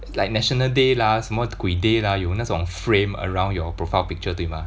it's like National Day lah 什么鬼 day lah 有那种 frame around your profile picture 对吗